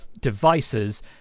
devices